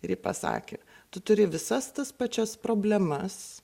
ir ji pasakė tu turi visas tas pačias problemas